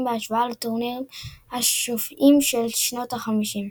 בהשוואה לטורנירים השופעים של שנות החמישים.